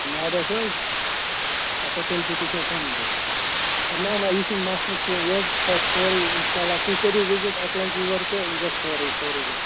میادٕس حظ اچھا تِلپیٚتِس چھو کَنہِ بیٚیہِ نا نا یہِ چھِنہٕ مسلہٕ کیٚنہہ یہِ حظ کرِ سورٕے اِنشاء اللہ تُہۍ کٔرِو وِزِٹ اَکہِ لَٹہِ یور تہٕ یہِ گَژِھ سورٕے سورٕے گَژِھ